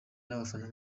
n’abafana